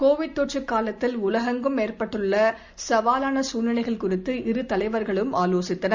Covid தொற்று காலத்தில் உலகெங்கும் ஏற்பட்டுள்ள சவாவான சூழ்நிலைகள் குறித்து இரு தலைவர்களும் ஆலோசித்தனர்